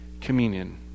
communion